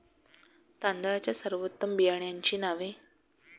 तांदळाच्या सर्वोत्तम बियाण्यांची नावे?